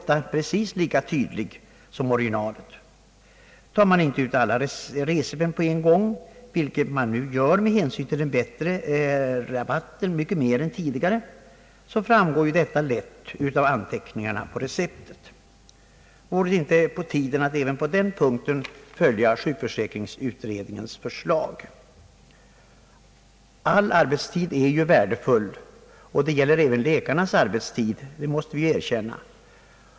Tar man ej ut alla recipen på en gång — vilket man nu med hänsyn till den bättre rabatten gör mycket mer än tidigare — framgår detta lätt av anteckningarna på receptet. Vore det inte på tiden att även på den punkten följa sjukförsäkringsutredningens förslag? All arbetstid är värdefull, och det gäller även läkarnas arbetstid — det måste vi erkänna.